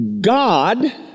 God